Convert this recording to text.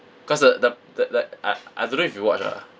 cause the the the the I I don't know if you watch ah